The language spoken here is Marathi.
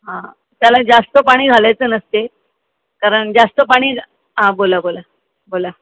हां त्याला जास्त पाणी घालायचं नसते कारण जास्त पाणी हां बोला बोला बोला